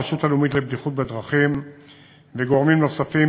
הרשות הלאומית לבטיחות בדרכים וגורמים נוספים